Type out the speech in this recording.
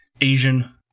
Asian